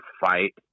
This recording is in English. fight